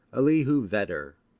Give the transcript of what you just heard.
elihu vedder,